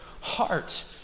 heart